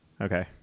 Okay